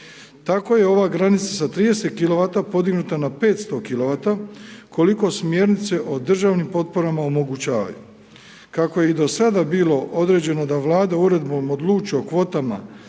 Tako je ova granica sa 30 kilovata podignuta na 500 kilovata, koliko smjernice o državnim potporama omogućavaju. Kako je i do sada bilo određeno da Vlada uredbom odlučuje o kvotama